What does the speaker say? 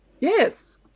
Yes